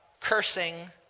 cursing